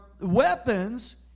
weapons